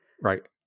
Right